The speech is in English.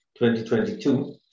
2022